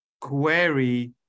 query